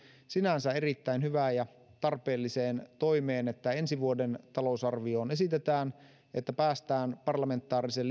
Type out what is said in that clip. sinänsä erittäin hyvään ja tarpeelliseen toimeen että ensi vuoden talousarvioon esitetään että päästään parlamentaarisen